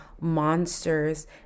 monsters